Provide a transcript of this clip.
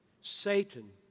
Satan